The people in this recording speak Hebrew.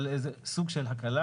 אבל זה סוג של הקלה